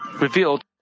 revealed